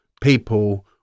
people